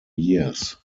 years